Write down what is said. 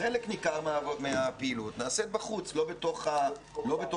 חלק ניכר מהפעילות נעשה בחוץ ולא בתוך מבנים,